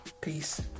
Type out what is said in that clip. Peace